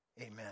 Amen